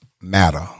matter